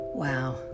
Wow